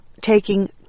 taking